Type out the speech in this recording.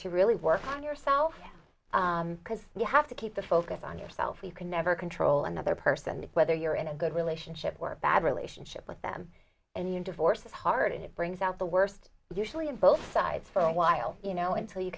to really work on yourself because you have to keep the focus on yourself you can never control another person whether you're in a good relationship were bad relationship with them and divorce is hard and it brings out the worst usually in both sides for a while you know until you